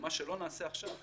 ומה שלא נעשה עכשיו,